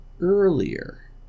earlier